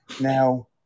Now